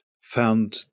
found